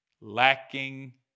Lacking